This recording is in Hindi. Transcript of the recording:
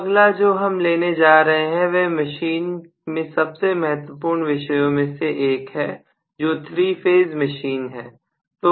तो अगला जो हम लेने जा रहे हैं वह मशीन में सबसे महत्वपूर्ण विषयों में से एक है जो 3 फेज़ मशीन है